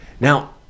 Now